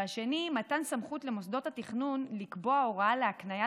אבל שמת לב שאת לא הצבעת עבור ההצעה של אוסאמה